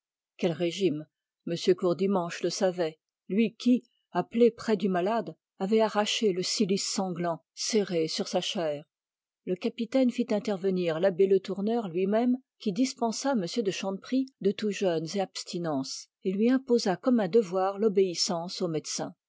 quel régime m courdimanche le savait lui qui appelé près du malade avait arraché le cilice sanglant serré sur sa chair le capitaine fit intervenir l'abbé le tourneur lui-même qui dispensa m de chanteprie de tous jeûnes et abstinences et lui imposa comme un devoir l'obéissance au médecin